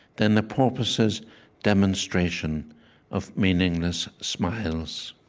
then the porpoises' demonstration of meaningless smiles.